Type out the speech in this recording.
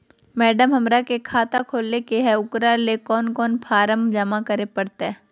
Madam, हमरा के खाता खोले के है उकरा ले कौन कौन फारम जमा करे परते?